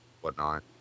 whatnot